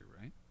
right